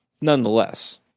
nonetheless